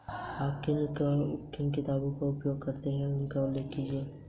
मुझे कितना उधार लेना चाहिए?